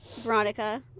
Veronica